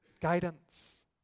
guidance